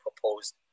proposed